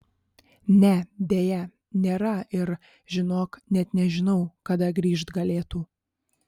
ne deja nėra ir žinok net nežinau kada grįžt galėtų